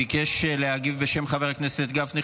ביקש להגיב בשם חבר הכנסת גפני,